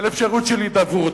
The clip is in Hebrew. אל אפשרות של הידברות.